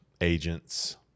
agents